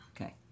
Okay